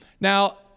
Now